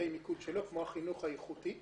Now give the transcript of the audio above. נושאי מיקוד שלו, כמו החינוך האיכותי.